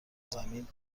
زمین